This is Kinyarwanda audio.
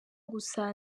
gusa